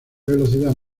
velocidad